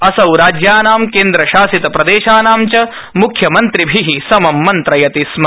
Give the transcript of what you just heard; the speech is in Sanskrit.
असौ राज्यानां केन्द्र शासित प्रदेशानां च मुख्यमन्त्रिभि समं मन्त्रयति स्म